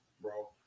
bro